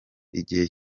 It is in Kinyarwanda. igihe